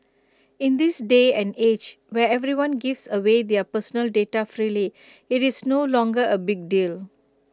in this day and age where everyone gives away their personal data freely IT is no longer A big deal